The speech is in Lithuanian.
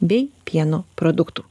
bei pieno produktų